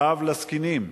קו לזקנים,